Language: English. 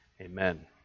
Amen